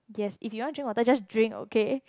yes if you want drink water just drink okay